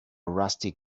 rusty